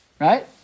Right